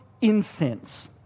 incense